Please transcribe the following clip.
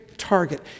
target